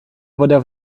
voda